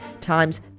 times